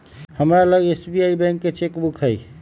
हमरा लग SBI bank के चेक बुक हइ